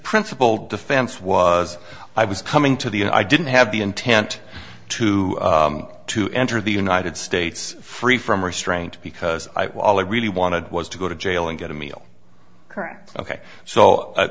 principal defense was i was coming to the i didn't have the intent to to enter the united states free from restraint because i really wanted was to go to jail and get a meal